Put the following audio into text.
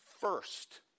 first